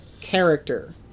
character